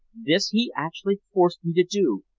this he actually forced me to do,